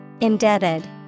Indebted